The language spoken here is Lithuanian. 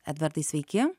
edvardai sveiki